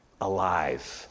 alive